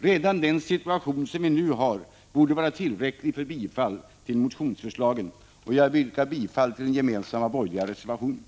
Redan den situation som vi nu har borde var tillräcklig för ett bifall till motionsförslagen. Jag yrkar bifall till den gemensamma borgerliga reservationen.